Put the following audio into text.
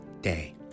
day